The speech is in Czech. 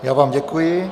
Já vám děkuji.